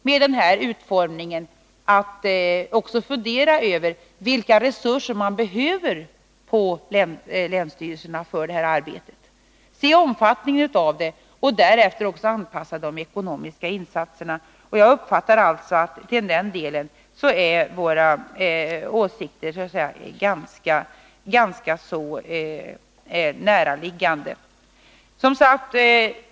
Med denna utformning får vi tid på oss att fundera över vilka resurser länsstyrelserna behöver för detta arbete, vi hinner se omfattningen av det och därefter anpassa de ekonomiska insatserna. Jag uppfattar det som att våra åsikter i den delen är ganska väl överensstämmande.